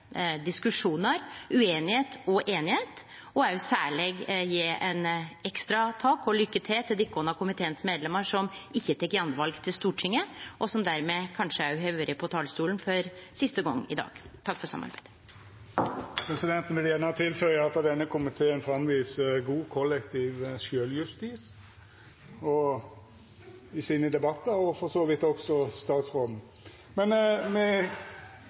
diskusjonar, ueinigheit og einigheit. Eg vil særleg rette ein ekstra takk og seie lykke til til dei av medlemene i komiteen som ikkje tek attval til Stortinget, og som dermed kanskje òg har vore på talarstolen for siste gong i dag. Takk for samarbeidet. Presidenten vil gjerne leggja til at denne komiteen viser god kollektiv sjølvjustis i sine debattar, for så vidt også statsråden.